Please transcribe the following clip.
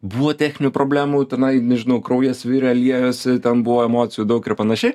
buvo techninių problemų tenai nežinau kraujas virė liejosi ten buvo emocijų daug ir panašiai